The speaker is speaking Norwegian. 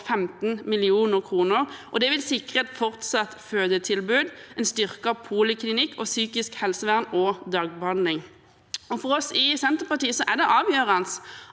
15 mill. kr. Dette vil sikre et fortsatt fødetilbud, en styrket poliklinikk, psykisk helsevern og dagbehandling. For oss i Senterpartiet er det avgjørende